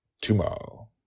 tomorrow